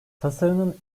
tasarının